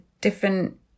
different